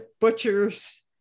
butchers